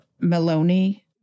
Maloney